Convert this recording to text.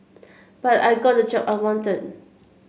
but I got the job I wanted